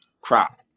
crop